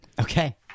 Okay